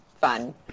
fun